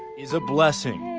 is a blessing.